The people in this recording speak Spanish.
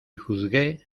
juzgué